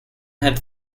had